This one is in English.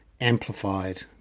amplified